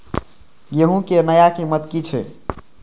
गेहूं के नया कीमत की छे?